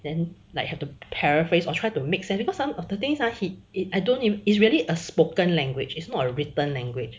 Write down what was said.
then like have to paraphrase or try to make sense because some of the things he he I don't it's really a spoken language is not a written language